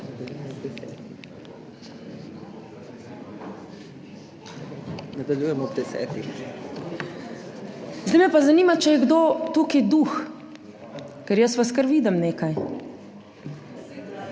Glasujemo. Zdaj me pa zanima, če je kdo tukaj duh, ker jaz vas kar vidim nekaj,